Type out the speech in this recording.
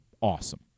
Awesome